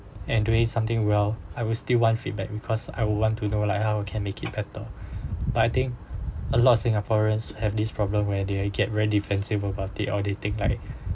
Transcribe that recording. and doing something well I will still want feedback because I would want to know like how we can make it better but I think a lot of singaporeans have this problem where they get really defensive about it or they take like